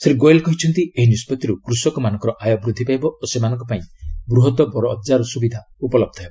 ଶ୍ରୀ ଗୋଏଲ୍ କହିଛନ୍ତି ଏହି ନିଷ୍ପଭିରୁ କୃଷକମାନଙ୍କର ଆୟ ବୃଦ୍ଧି ପାଇବ ଓ ସେମାନଙ୍କ ପାଇଁ ବୃହତ ବଜାର ସୁବିଧା ଉପଲବ୍ଧ ହେବ